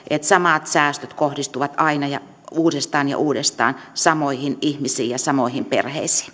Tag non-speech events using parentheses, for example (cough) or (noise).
(unintelligible) että samat säästöt kohdistuvat aina uudestaan ja uudestaan samoihin ihmisiin ja samoihin perheisiin (unintelligible)